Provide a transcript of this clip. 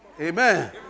Amen